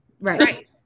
Right